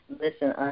listen